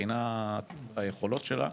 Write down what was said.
מבחינת היכולות שלה,